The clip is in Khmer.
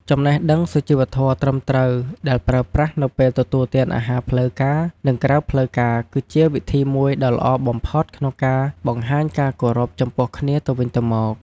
ចំណេះដឹងសុជីវធម៌ត្រឹមត្រូវដែលប្រើប្រាស់នៅពេលទទួលទានអាហារផ្លូវការនិងក្រៅផ្លូវការគឺជាវិធីមួយដ៏ល្អបំផុតក្នុងការបង្ហាញការគោរពចំពោះគ្នាទៅវិញទៅមក។